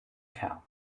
kern